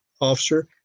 officer